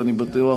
ואני בטוח,